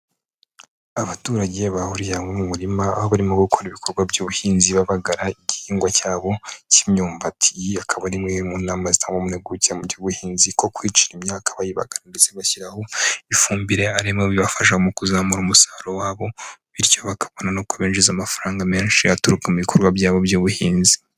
Abaturage bahuriye hamwe mu murima, aho barimo gukora ibikorwa by'ubuhinzi babagara igihingwa cyabo cy'imyumbati, iyi akaba ari imwe mu nama zitangwa n'impuguke mu by'ubuhinzi, ko kwicira imyaka bayibaka ndetse bashyiraho ifumbire arimo bibafasha mu kuzamura umusaruro wabo, bityo bakabona n'uko binjiza amafaranga menshi aturuka mu bikorwa byabo by'ubuhinzi.